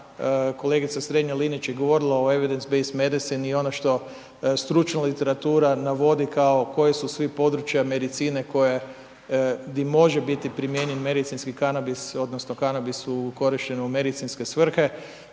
kolegica Strenja Linić je govorila o …/Govornik se ne razumije./… i ono što stručna literatura navodi, kao koji su sve područja medicine, koje di može biti primijenjen medicinski kanabis, odnosno, kanabis u korištenju medicinske svrhe